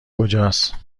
کجاست